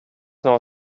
not